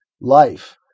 life